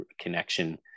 connection